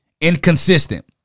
inconsistent